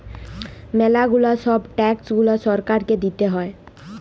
ম্যালা গুলা ছব ট্যাক্স গুলা সরকারকে দিতে হ্যয়